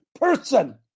person